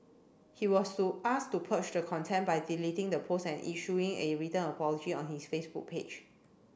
he was asked to purge the contempt by deleting the post and issuing a written apology on his Facebook page